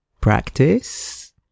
Practice